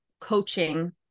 coaching